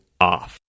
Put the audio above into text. off